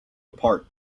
apart